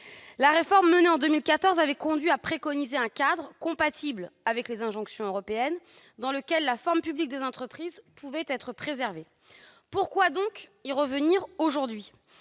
La réforme menée en 2014 a conduit à préconiser un cadre, compatible avec les injonctions européennes, dans lequel la forme publique des entreprises pouvait être préservée. Pourquoi y revenir aujourd'hui ?